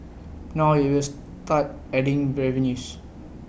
now IT will start adding revenues